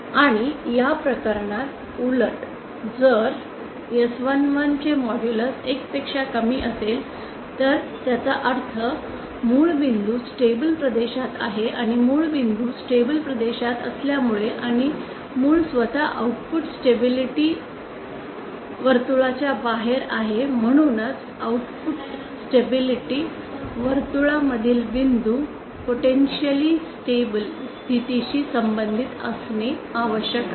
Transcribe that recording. आणि या प्रकरणात उलट जर S11 चे मॉड्यूलस 1 पेक्षा कमी असेल तर त्याचा अर्थ मूळ बिंदू स्टेबल प्रदेशात आहे आणि मूळ बिंदू स्टेबल प्रदेशात असल्यामुळे आणि मूळ स्वतः आउटपुट स्टेबिलिटी वर्तुळाच्या बाहेर आहे म्हणूनच आउटपुट स्टेबिलिटी वर्तुळा मधील बिंदू पोटेंशिअलि अनन्स्टेबल स्थितीशी संबंधित असणे आवश्यक आहे